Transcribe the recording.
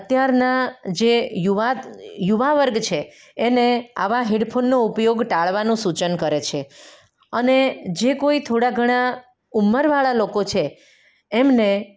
અત્યારના જે યુવા યુવાવર્ગ છે એને આવા હેડફોનનો ઉપયોગ ટાળવાનું સૂચન કરે છે અને જે કોઈ થોડા ઘણા ઉંમરવાળા લોકો છે એમને